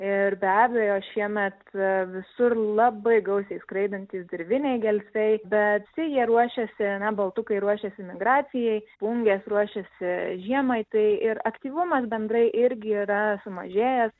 ir be abejo šiemet visur labai gausiai skraidantys dirviniai gelsviai bet visi jie ruošiasi na baltukai ruošiasi migracijai spungės ruošiasi žiemai tai ir aktyvumas bendrai irgi yra sumažėjęs